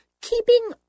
keeping